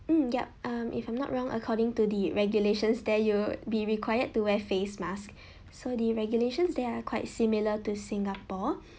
mm yup um if I'm not wrong according to the regulations there you would be required to wear face mask so the regulations there are quite similar to singapore